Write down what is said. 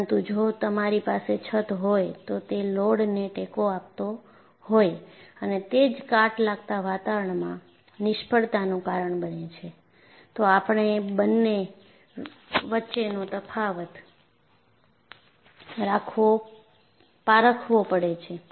પરંતુ જો તમારી પાસે છત હોય તો તે લોડને ટેકો આપતો હોય અને તે જ કાટ લાગતા વાતાવરણમાં નિષ્ફળતાનું કારણ બને છે તો આપણે બંને વચ્ચેનો તફાવત પારખવો પડે છે